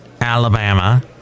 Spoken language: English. Alabama